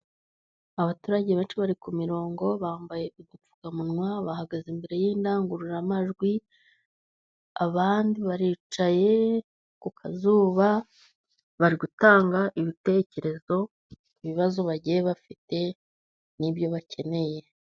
Abaturage benshi bari ku mirongo bambaye udupfukamunwa bahagaze imbere y'indangururamajwi, abandi baricaye ku kazuba bari gutanga ibitekerezo ku bibazo bagiye bafite n'ibyo bakeneye.